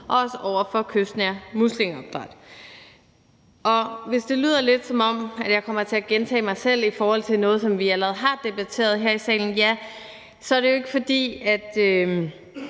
også over for kystnært muslingeopdræt. Hvis det lyder lidt, som om jeg kommer til at gentage mig selv i forhold til noget, som vi allerede har debatteret her i salen, ja, så er det jo ikke, fordi jeg